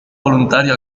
voluntario